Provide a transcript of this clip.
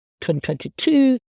2022